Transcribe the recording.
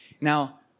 Now